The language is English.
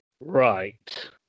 Right